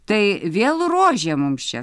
tai vėl rožė mums čia